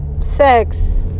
sex